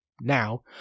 now